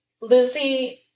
Lizzie